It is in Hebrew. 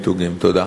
תודה.